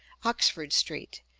oxford street,